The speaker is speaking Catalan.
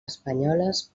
espanyoles